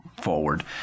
forward